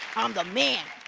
i'm the man!